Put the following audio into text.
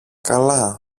καλά